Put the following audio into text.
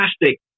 fantastic